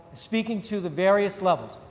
speaking to the various levels.